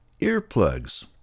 earplugs